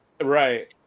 right